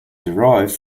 derived